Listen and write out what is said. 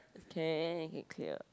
can can clear